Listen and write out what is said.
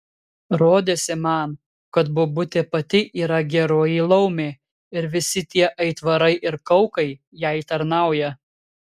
rodėsi man kad bobutė pati yra geroji laumė ir visi tie aitvarai ir kaukai jai tarnauja